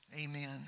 Amen